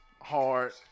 hard